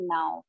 Now